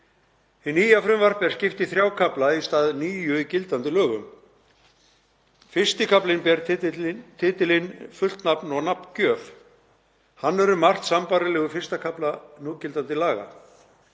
Hinu nýja frumvarpi er skipt í þrjá kafla í stað níu í gildandi lögum. I. kaflinn ber titilinn Fullt nafn og nafngjöf. Hann er um margt sambærilegur I. kafla núgildandi laga.